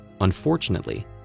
Unfortunately